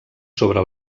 sobre